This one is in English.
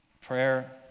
Prayer